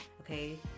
Okay